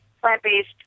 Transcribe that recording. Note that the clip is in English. plant-based